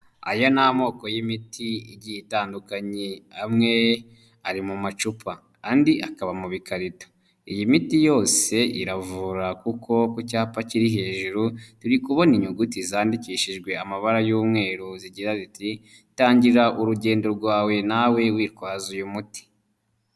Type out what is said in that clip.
Aya ni amoko y'imiti igiye itandukanye amwe ari mu macupa andi akaba mu bikarito, iyi miti yose iravura kuko ku cyapa kiri hejuru turi kubona inyuguti zandikishijwe amabara y'umweru zigira ziti tangira urugendo rwawe nawe witwaza uyu muti.